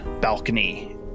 balcony